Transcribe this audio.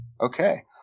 okay